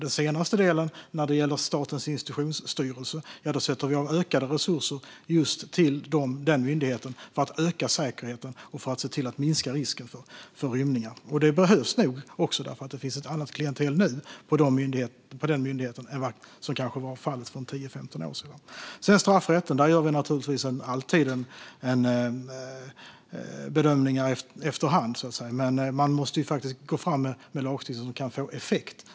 I den senaste delen, när det gäller Statens institutionsstyrelse, sätter vi av ökade resurser just till denna myndighet för att öka säkerheten och för att se till att minska risken för rymningar. Det behövs nog, också för att det finns ett annat klientel nu på den myndigheten än vad som kanske var fallet för 10-15 år sedan. När det gäller straffrätten gör vi naturligtvis alltid bedömningar efter hand, men man måste gå fram med lagstiftning som kan få effekt.